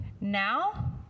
Now